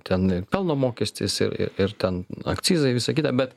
ten pelno mokestis ir ir ir ten akcizai visa kita bet